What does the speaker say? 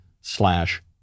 slash